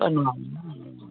ꯎꯝ